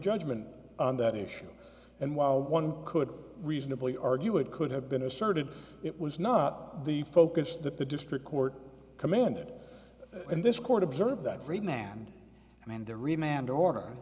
judgment on that issue and while one could reasonably argue it could have been asserted it was not the focus that the district court commanded in this court observe that great man and the